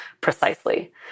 precisely